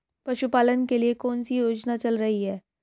पशुपालन के लिए कौन सी योजना चल रही है?